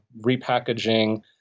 repackaging